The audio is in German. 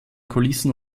kulissen